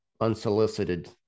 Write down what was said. unsolicited